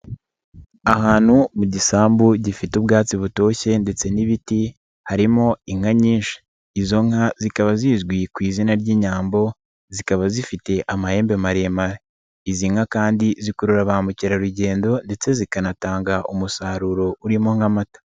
Ahantu mu gisambu gifite ubwatsi butoshye ndetse n'ibiti harimo inka nyinshi, izo nka zikaba zizwi ku izina ry'inyambo zikaba zifite amahembe maremare, izi nka kandi zikurura ba mukerarugendo ndetse zikanatanga umusaruro urimo nk'amata.